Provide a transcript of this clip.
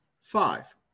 five